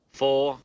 four